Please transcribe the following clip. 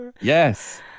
Yes